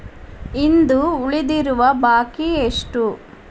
ಇಂದು ಉಳಿದಿರುವ ಬಾಕಿ ಎಷ್ಟು?